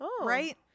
Right